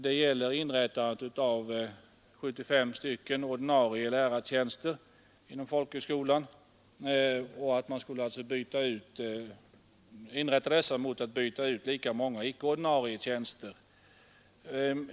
Det gäller inrättande av 75 ordinarie lärartjänster inom folkhögskolan i utbyte mot lika många icke ordinarie tjänster.